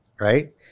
right